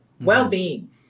well-being